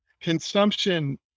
Consumption